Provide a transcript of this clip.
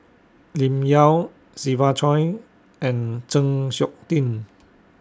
Lim Yau Siva Choy and Chng Seok Tin